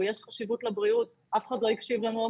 שיש חשיבות לבריאות אף אחד לא הקשיב לנו,